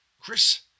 Chris